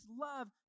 love